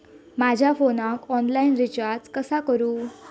माझ्या फोनाक online recharge कसा करू?